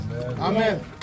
Amen